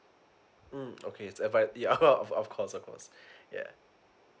mm okay yeah of course of course yeah